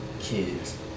kids